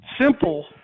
simple